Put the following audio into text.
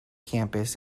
campus